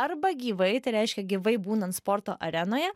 arba gyvai tai reiškia gyvai būnant sporto arenoje